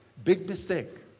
big mistake.